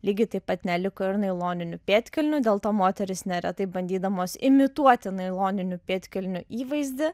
lygiai taip pat neliko ir nailoninių pėdkelnių dėl to moterys neretai bandydamos imituoti nailoninių pėdkelnių įvaizdį